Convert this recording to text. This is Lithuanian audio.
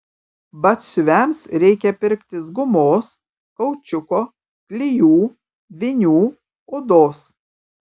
batsiuviams reikia pirktis gumos kaučiuko klijų vinių odos